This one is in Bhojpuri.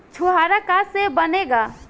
छुआरा का से बनेगा?